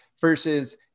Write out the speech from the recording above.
Versus